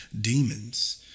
demons